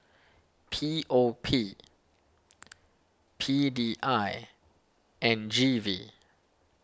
P O P P D I and G V